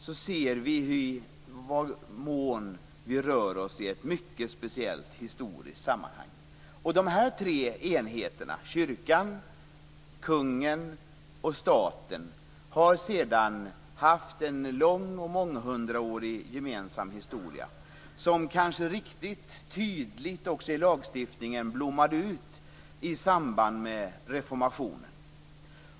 Här kan vi se i vad mån vi rör oss i ett mycket speciellt historiskt sammanhang. De här tre enheterna, kyrkan, kungen och staten, har sedan haft en lång och månghundraårig gemensam historia. Den blommade kanske ut riktigt tydligt i lagstiftningen i samband med reformationen.